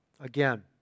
again